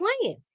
playing